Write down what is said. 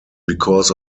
because